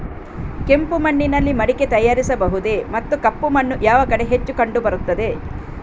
ಕೆಂಪು ಮಣ್ಣಿನಲ್ಲಿ ಮಡಿಕೆ ತಯಾರಿಸಬಹುದೇ ಮತ್ತು ಕಪ್ಪು ಮಣ್ಣು ಯಾವ ಕಡೆ ಹೆಚ್ಚು ಕಂಡುಬರುತ್ತದೆ?